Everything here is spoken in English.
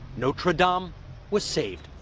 notre dame was saved.